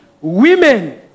women